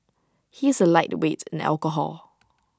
he is A lightweight in alcohol